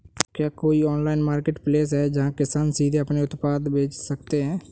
क्या कोई online marketplace है जहाँ किसान सीधे अपने उत्पाद बेच सकते हैं?